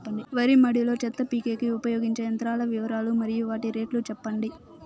వరి మడి లో చెత్త పీకేకి ఉపయోగించే యంత్రాల వివరాలు మరియు వాటి రేట్లు చెప్పండి?